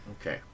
Okay